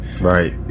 right